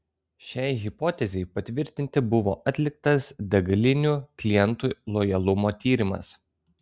šiai hipotezei patvirtinti buvo atliktas degalinių klientų lojalumo tyrimas